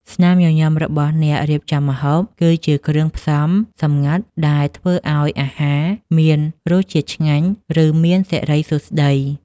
ស្នាមញញឹមរបស់អ្នករៀបចំម្ហូប គឺជាគ្រឿងផ្សំសម្ងាត់ដែលធ្វើឱ្យអាហារមានរសជាតិឆ្ងាញ់ ឬមានសិរីសួស្តី។